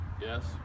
yes